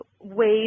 ways